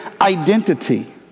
identity